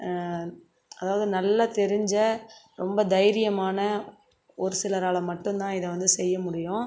அதாவது நல்ல தெரிஞ்ச ரொம்ப தைரியமான ஒரு சிலரால் மட்டும்தான் இதை வந்து செய்ய முடியும்